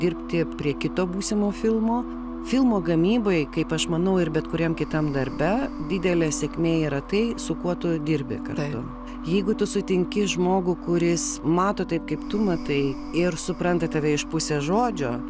dirbti prie kito būsimo filmo filmo gamyboj kaip aš manau ir bet kuriam kitam darbe didelė sėkmė yra tai su kuo tu dirbi kartu jeigu tu sutinki žmogų kuris mato taip kaip tu matai ir supranta tave iš pusės žodžio